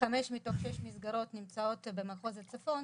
חמש מתוך שש מסגרות נמצאות במחוז הצפון,